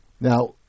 Now